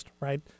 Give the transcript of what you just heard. right